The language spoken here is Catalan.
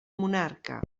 monarca